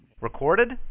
Recorded